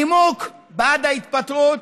הנימוק בעד ההתפטרות